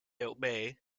obey